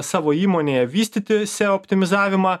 savo įmonėje vystyti seo optimizavimą